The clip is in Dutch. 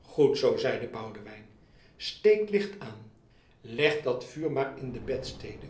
goed zoo zeide boudewijn steekt licht aan legt dat vuur maar in de bedstede